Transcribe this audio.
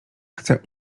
chce